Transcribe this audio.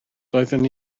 doeddwn